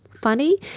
funny